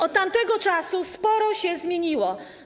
Od tamtego czasu sporo się zmieniło.